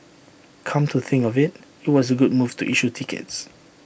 come to think of IT it was A good move to issue tickets